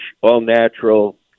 all-natural